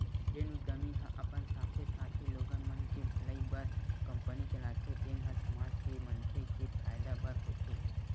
जेन उद्यमी ह अपन साथे साथे लोगन मन के भलई बर कंपनी चलाथे तेन ह समाज के मनखे के फायदा बर होथे